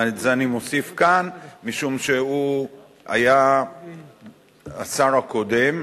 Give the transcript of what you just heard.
את זה אני מוסיף כאן משום שהוא היה השר הקודם.